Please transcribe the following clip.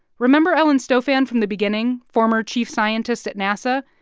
remember ellen stofan from the beginning, former chief scientist at nasa?